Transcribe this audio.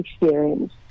experience